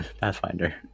Pathfinder